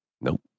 Nope